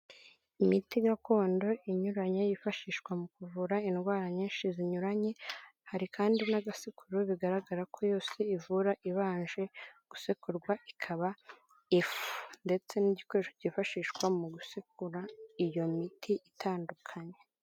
Imiti gakondo inyuranye yifashishwa mu kuvura indwara nyinshi zinyuranye, hari kandi n'agasekuru bigaragara ko yose ivura ibanje gusekurwa ikaba ifu, ndetse n'igikoresho cyifashishwa mu gusekura iyo miti itandukanye.